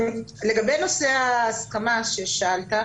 לגבי נושא ההסכמה ששאלת,